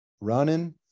running